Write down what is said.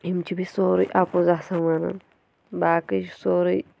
یِم چھِ بیٚیہِ سورُے اَپُز آسان وَنان باقٕے چھُ سورُے